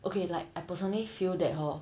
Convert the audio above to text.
okay like I personally feel that hor